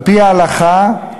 על-פי ההלכה,